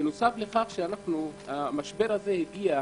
בנוסף , המשבר הזה הגיע